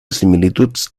similituds